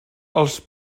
els